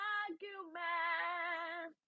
argument